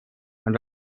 und